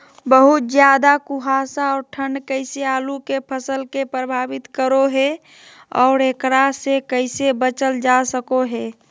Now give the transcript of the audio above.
बहुत ज्यादा कुहासा और ठंड कैसे आलु के फसल के प्रभावित करो है और एकरा से कैसे बचल जा सको है?